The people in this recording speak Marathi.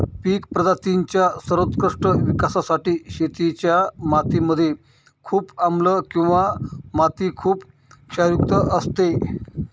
पिक प्रजातींच्या सर्वोत्कृष्ट विकासासाठी शेतीच्या माती मध्ये खूप आम्लं किंवा माती खुप क्षारयुक्त असते